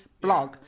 blog